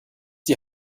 die